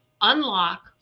unlock